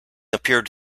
appeared